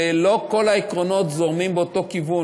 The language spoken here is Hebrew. ולא כל העקרונות זורמים באותו כיוון,